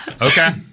okay